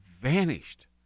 vanished